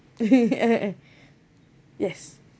yes